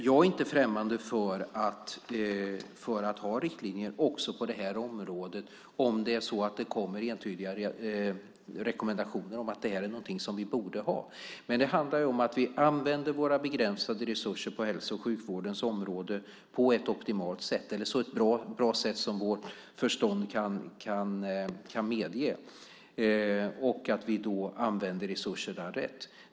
Jag är inte främmande för att ha riktlinjer också på det här området om det kommer rekommendationer om att det här är något som vi borde ha. Men det handlar om att vi använder våra begränsade resurser på hälso och sjukvårdens område på ett optimalt sätt - eller ett så bra sätt som vårt förstånd kan medge - och att vi då använder resurserna rätt.